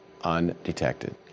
undetected